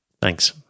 Thanks